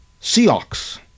Seahawks